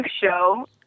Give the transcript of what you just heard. show